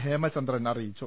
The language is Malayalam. ഹേമചന്ദ്രൻ അറിയിച്ചു